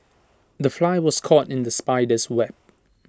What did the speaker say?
the fly was caught in the spider's web